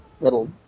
little